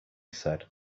said